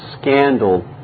scandal